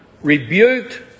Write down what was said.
rebuked